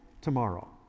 tomorrow